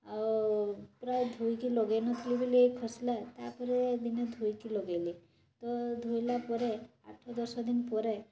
ଆଉ ପ୍ରାୟ ଧୋଇକି ଲଗେଇନଥିଲି ବୋଲି ଖସିଲା ତା'ପରେ ଦିନେ ଧୋଇକି ଲଗେଇଲି ତ ଧୋଇଲା ପରେ ଆଠଦଶ ଦିନି ପରେ